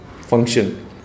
function